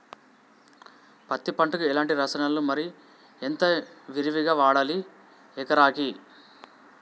పత్తి పంటకు ఎలాంటి రసాయనాలు మరి ఎంత విరివిగా వాడాలి ఎకరాకి?